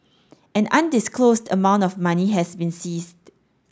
an undisclosed amount of money has been seized